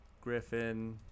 Griffin